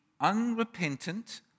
unrepentant